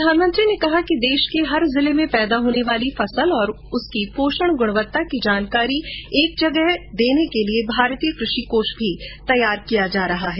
प्रधानमंत्री ने कहा कि देश के हर जिले में पैदा होने वाली फसल और उसकी पोषण गुणवत्ता की जानकारी एक जगह इकट्ठी करने के लिए भारतीय कृषि कोष भी तैयार किया जा रहा है